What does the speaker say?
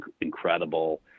incredible